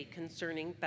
concerning